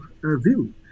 view